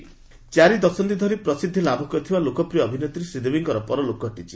Sridevi death ଚାରିଦଶନ୍ଧି ଧରି ପ୍ରସିଦ୍ଧିଲାଭ କରିଥିବା ଲୋକପ୍ରିୟ ଅଭିନେତ୍ରୀ ଶ୍ରୀଦେବୀଙ୍କର ପରଲୋକ ଘଟିଛି